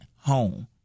home